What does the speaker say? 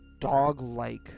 dog-like